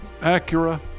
Acura